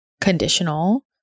conditional